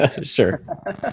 Sure